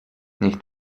nicht